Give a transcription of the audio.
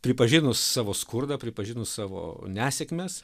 pripažinus savo skurdą pripažinus savo nesėkmes